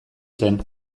zen